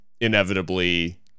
inevitably